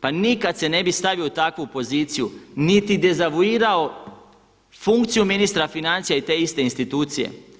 pa nikada se ne bih stavio u takvu poziciju, niti dezavuirao funkciju ministra financija i te iste institucije.